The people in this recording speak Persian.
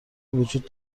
وجود